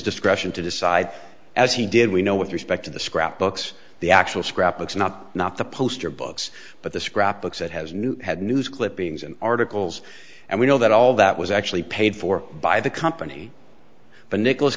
discretion to decide as he did we know with respect to the scrapbooks the actual scrapbooks not not the poster books but the scrap books it has new had news clippings and articles and we know that all that was actually paid for by the company but nicholas